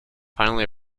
finally